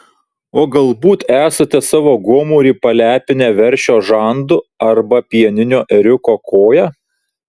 o galbūt esate savo gomurį palepinę veršio žandu arba pieninio ėriuko koja